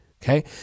Okay